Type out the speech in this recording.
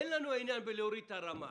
אין לנו עניין בהורדת הרמה.